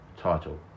title